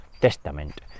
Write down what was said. Testament